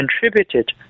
contributed